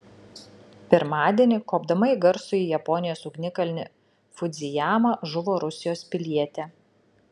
pirmadienį kopdama į garsųjį japonijos ugnikalnį fudzijamą žuvo rusijos pilietė